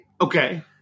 Okay